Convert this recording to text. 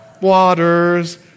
waters